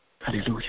hallelujah